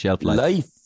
life